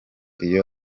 iyo